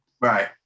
right